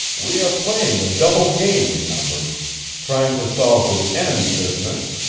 we are playing a double game, remember trying to solve this enemy business,